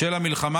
המלחמה,